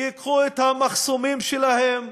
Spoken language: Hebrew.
שייקחו את המחסומים שלהם